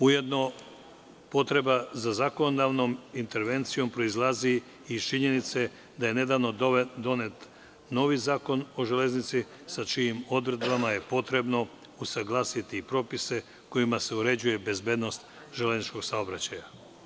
Ujedno, potreba za zakonodavnom intervencijom proizilazi iz činjenice da je nedavno donet novi Zakon o železnici sa čijim odredbama je potrebno usaglasiti i propise kojima se uređuje bezbednost železničkog saobraćaja.